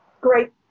Great